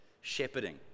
shepherding